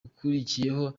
gukurikiraho